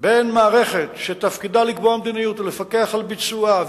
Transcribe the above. בין מערכת שתפקידה לקבוע מדיניות ולפקח על ביצועה,